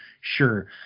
Sure